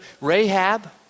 Rahab